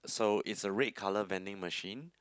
so it's a red colour vending machine